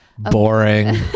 Boring